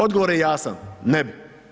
Odgovor je jasan, ne bi.